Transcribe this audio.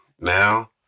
now